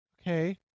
Okay